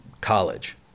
college